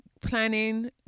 planning